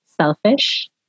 selfish